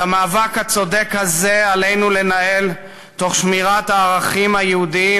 את המאבק הצודק הזה עלינו לנהל תוך שמירת הערכים היהודיים,